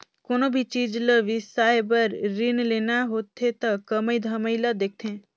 कोनो भी चीच ल बिसाए बर रीन लेना होथे त कमई धमई ल देखथें